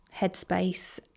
headspace